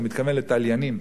הוא מתכוון לתליינים,